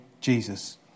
Jesus